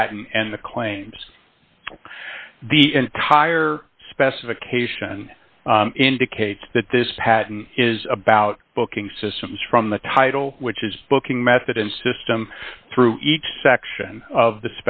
patent and the claims the entire specification indicates that this patent is about booking systems from the title which is booking method and system through each section of the